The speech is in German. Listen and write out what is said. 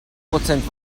prozent